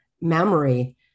memory